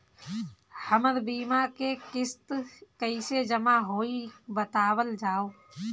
हमर बीमा के किस्त कइसे जमा होई बतावल जाओ?